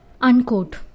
Unquote